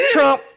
Trump